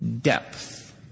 depth